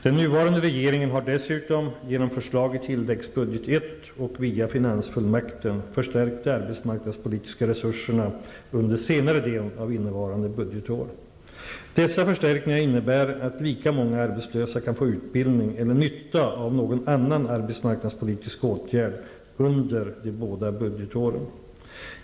Den nuvarande regeringen har dessutom, genom förslag i tilläggsbudget I och via finansfullmakt, förstärkt de arbetsmarknadspolitiska resurserna under senare delen av innevarande budgetår. Dessa förstärkningar innebär att lika många arbetslösa kan få utbildning eller nytta av någon annan arbetsmarknadspolitisk åtgärd under de båda budgetåren.